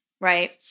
Right